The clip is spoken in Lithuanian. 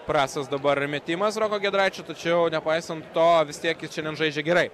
prastas dabar metimas roko giedraičio tačiau nepaisant to vis tiek jis šiandien žaidžia gerai